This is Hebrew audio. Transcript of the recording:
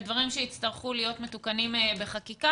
אלה דברים שיצטרכו להיות מתוקנים בחקיקה,